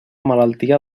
malaltia